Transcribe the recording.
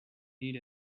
need